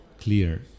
clear